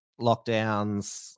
lockdowns